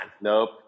Nope